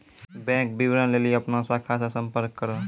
bank विबरण लेली अपनो शाखा से संपर्क करो